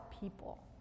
people